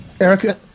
Erica